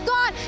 God